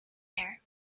air